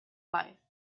life